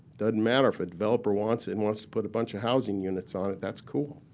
doesn't matter if a developer wants it and wants to put a bunch of housing units on it. that's cool.